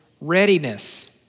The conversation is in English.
readiness